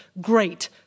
great